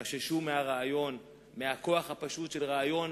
חששו מהרעיון, מהכוח הפשוט של רעיון